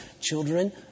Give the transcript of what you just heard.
Children